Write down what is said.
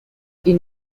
این